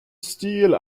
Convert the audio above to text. stil